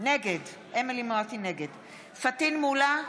נגד פטין מולא,